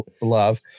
love